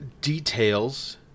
details